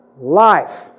life